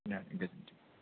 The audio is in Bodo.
गोजोनथों